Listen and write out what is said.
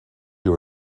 you